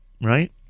right